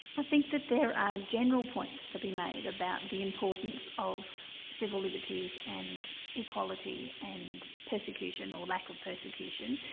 i think that there are general points to be made about the importance of civil liberties and equality and persecution, or lack of persecution,